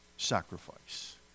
sacrifice